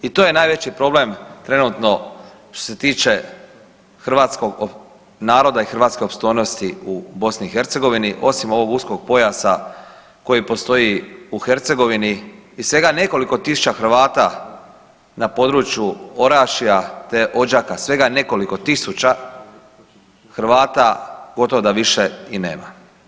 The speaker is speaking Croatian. I to je najveći problem što se tiče hrvatskog naroda i hrvatske opstojnosti u BiH, osim ovog uskog pojasa koji postoji u Hercegovini i svega nekoliko tisuća Hrvata na području Orašja te Odžaka, svega nekoliko tisuća Hrvata gotovo da više i nema.